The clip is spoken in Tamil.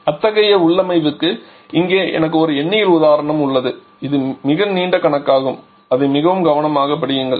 அத்தகைய உள்ளமைவுக்கு இங்கே எனக்கு ஒரு எண்ணியல் உதாரணம் உள்ளது இது மிக நீண்ட கணக்காகும் அதை மிகவும் கவனமாகப் படியுங்கள்